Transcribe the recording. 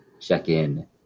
check-in